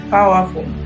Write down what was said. Powerful